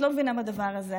את לא מבינה בדבר הזה.